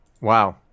wow